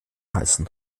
heißen